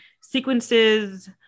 sequences